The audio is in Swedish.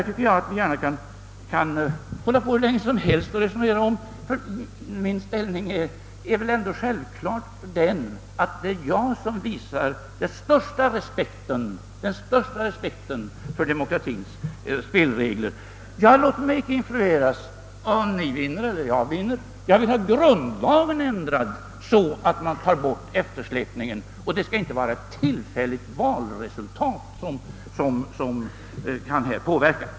Vi kan hålla på hur länge som helst och resonera om detta, ty min inställning är ändå självklar eftersom det är jag som visar den största respekten för demokratiens spelregler. Jag låter mig därför inte influeras av om ni eller jag vinner. Jag vill ha grundlagen ändrad så att man tar bort eftersläpningen; det skall inte vara ett tillfälligt valresultat som här kan inverka.